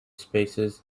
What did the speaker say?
spaces